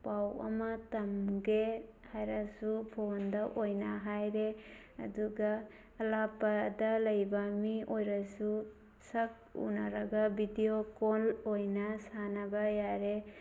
ꯄꯥꯎ ꯑꯃ ꯇꯝꯒꯦ ꯍꯥꯏꯔꯁꯨ ꯐꯣꯟꯗ ꯑꯣꯏꯅ ꯍꯥꯏꯔꯦ ꯑꯗꯨꯒ ꯑꯔꯥꯞꯄꯗ ꯂꯩꯕ ꯃꯤ ꯑꯣꯏꯔꯁꯨ ꯁꯛ ꯎꯅꯔꯒ ꯕꯤꯗꯤꯌꯣ ꯀꯣꯜ ꯑꯣꯏꯅ ꯁꯥꯟꯅꯕ ꯌꯥꯔꯦ